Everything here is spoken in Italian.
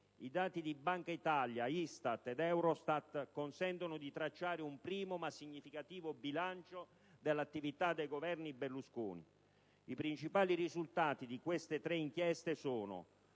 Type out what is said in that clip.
I dati di Banca d'Italia, ISTAT ed EUROSTAT consentono di tracciare un primo, ma significativo bilancio dell'attività dei Governi Berlusconi. I principali risultati di queste tre inchieste sono: